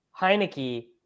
Heineke